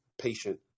patient